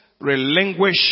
relinquish